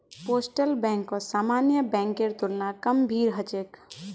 postal बैंकत सामान्य बैंकेर तुलना कम भीड़ ह छेक